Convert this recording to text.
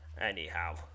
Anyhow